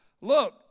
Look